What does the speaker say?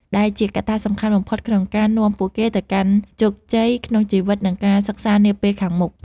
ដែលជាកត្តាសំខាន់បំផុតក្នុងការនាំពួកគេទៅកាន់ជោគជ័យក្នុងជីវិត និងការសិក្សានាពេលខាងមុខ។